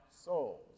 souls